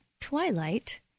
twilight